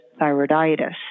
thyroiditis